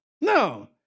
No